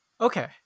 okay